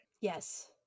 Yes